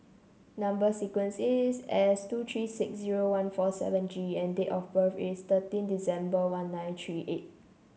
number sequence is S two three six zero one four seven G and date of birth is thirteen December one nine three eight